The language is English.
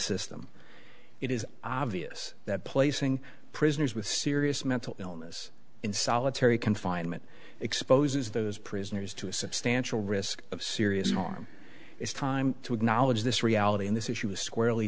system it is obvious that placing prisoners with serious mental illness in solitary confinement exposes those prisoners to a substantial risk of serious harm it's time to acknowledge this reality in this issue is squarely